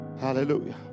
Hallelujah